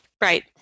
Right